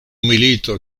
milito